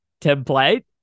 template